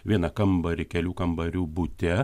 vieną kambarį kelių kambarių bute